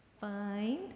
Find